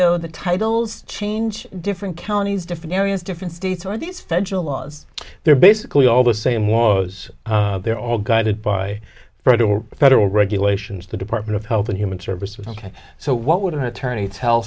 though the titles change different counties different areas different states or these federal laws they're basically all the same was there all guided by fraud or federal regulations the department of health and human services ok so what would her attorney tell